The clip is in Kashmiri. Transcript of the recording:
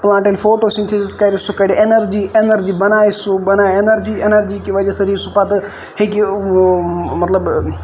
پَلانٹ ییٚلہِ فوٹوسِنتھسِز کرِ سُہ کَڑِ اینَرجی اینَرجی بَنایہِ سُہ بَنایہِ اینرجی اینرجی کہِ وجہہ سۭتۍ ییہِ سُہ پَتہٕ ہٮ۪کہِ مطلب